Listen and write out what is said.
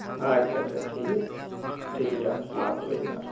ᱟᱪᱪᱷᱟ ᱪᱷᱟ ᱴᱷᱤᱠᱜᱮᱭᱟ ᱴᱷᱤᱠᱜᱮᱭᱟ ᱢᱟ ᱛᱚᱵᱮ ᱡᱚᱦᱟᱨ